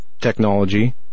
technology